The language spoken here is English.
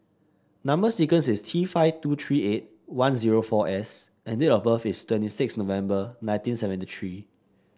number sequence is T five two three eight one zero four S and date of birth is twenty six November nineteen seventy three